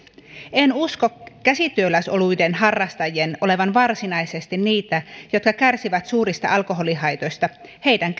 en usko käsityöläisoluiden harrastajien olevan varsinaisesti niitä jotka kärsivät suurista alkoholihaitoista heidän